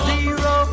Zero